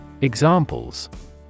Examples